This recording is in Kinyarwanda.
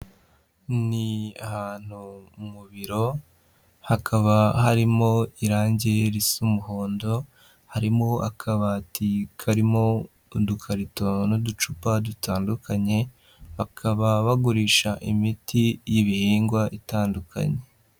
Ni ahantu mu biro, hakaba harimo irange risa umuhondo, harimo akabati karimo udukarito n'uducupa dutandukanye, bakaba bagurisha imiti y'ibihingwa itandukanye.